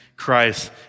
Christ